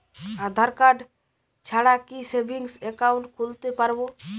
আধারকার্ড ছাড়া কি savings account খুলতে পারব?